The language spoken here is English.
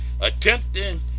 attempting